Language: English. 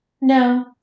No